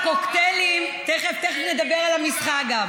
הקוקטיילים, תכף, תכף נדבר גם על המשחק.